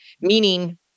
meaning